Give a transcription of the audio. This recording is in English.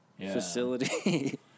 facility